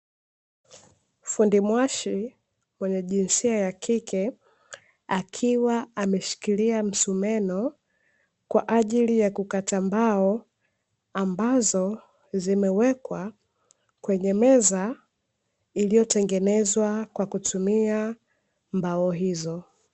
Fundi mwashi mwenye jinsia ya kike, akiwa ameshikilia msumeno kwa ajili ya kukata mbao ambazo zimewekwa kwenye meza iliyotengenezwa kwa kutumia mbao hizo.